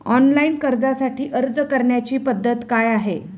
Online कर्जासाठी अर्ज करण्याची पद्धत काय आहे?